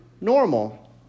normal